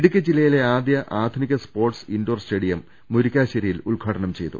ഇടുക്കി ജില്ലയിലെ ആദ്യ ആധുനിക സ്പോർട്സ് ഇൻഡോർ സ്റ്റേഡിയം മുരിക്കാശ്ശേരിയിൽ ഉദ്ഘാടനം ചെയ്തു